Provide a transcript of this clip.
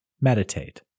Meditate